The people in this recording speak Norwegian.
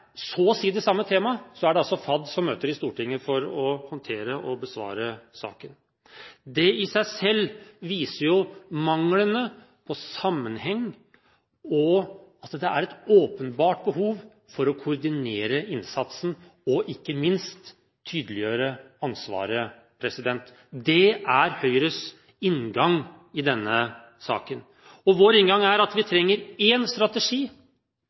det altså FAD som møter i Stortinget for å håndtere og besvare saken. Det i seg selv viser manglene på sammenheng og at det er et åpenbart behov for å koordinere innsatsen og ikke minst tydeliggjøre ansvaret. Det er Høyres inngang i denne saken. Vår inngang er at vi trenger en strategi,